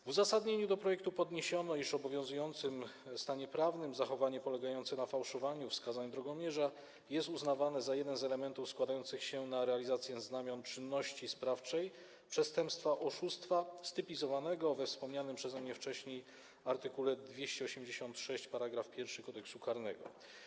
W uzasadnieniu do projektu podniesiono, iż w obowiązującym stanie prawnym zachowanie polegające na fałszowaniu wskazania drogomierza jest uznawane za jeden z elementów składających się na realizację znamion czynności sprawczej przestępstwa, oszustwa stypizowanego we wspomnianym przeze mnie wcześniej art. 286 § 1 Kodeksu karnego.